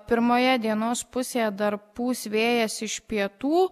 pirmoje dienos pusėje dar pūs vėjas iš pietų